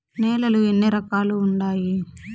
నేలలు ఎన్ని రకాలు వుండాయి?